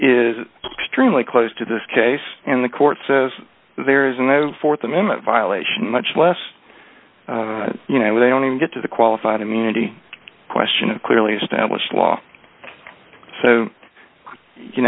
is extremely close to this case in the court says there isn't a th amendment violation much less you know they don't even get to the qualified immunity question of clearly established law so you